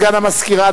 סגן המזכירה,